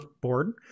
board